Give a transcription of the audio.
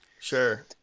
Sure